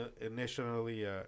initially